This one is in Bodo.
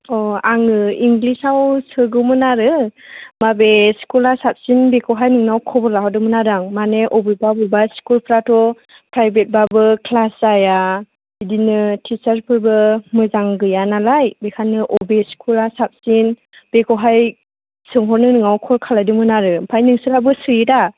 अ आङो इंलिसआव सोगौमोन आरो माबे स्कुलआ साबसिन बेखौहाय नोंनाव खबर लाहरदोंमोन आरो आं माने बबेबा बबेबा स्कुलफोराथ' प्राइभेटबाबो क्लास जाया बिदिनो टिचारफोरबो मोजां गैया नालाय बेनिखायनो बबे स्कुलआ साबसिन बेखौहाय सोंहरनो नोंनाव कल खालामदोंमोन आरो ओमफ्राय नोंसोरनाबो सोयोदा